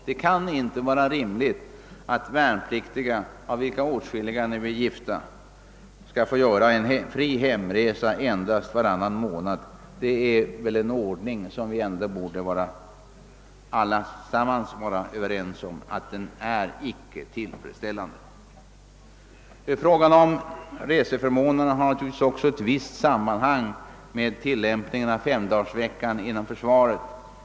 Det kan inte vara rimligt att de värnpliktiga, av vilka åtskilliga är gifta, skall få göra endast en fri hemresa varannan månad. Det är en ord ning som icke är tillfredsställande — det borde vi alla vara överens om. Frågan om reseförmånerna har naturligtvis också ett visst samband med tillämpningen av femdagarsveckan inom försvaret.